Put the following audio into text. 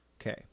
Okay